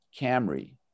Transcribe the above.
Camry